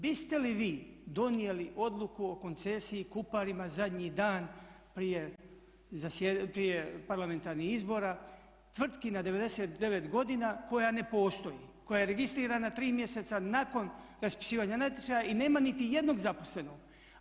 Biste li vi donijeli odluku o koncesiji Kuparima zadnji dan prije zasjedanja, prije parlamentarnih izbora tvrtki na 99 godina koja ne postoji, koja je registrirana 3 mjeseca nakon raspisivanja natječaja i nema niti jednog zaposlenog?